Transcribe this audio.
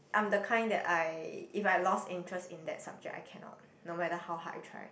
I'm the kind that I if I lost interest in that subject I cannot no matter how hard I try